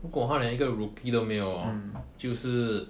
如果他连一个 rookie 都没有 hor 就是